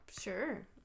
sure